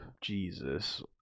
Jesus